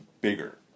bigger